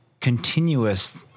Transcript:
continuous